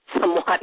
somewhat